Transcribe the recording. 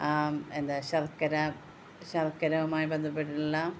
എന്താണ് ശർക്കര ശർക്കരയുമായി ബന്ധപ്പെട്ടിട്ടുള്ള